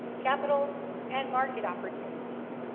capital and market opportunities.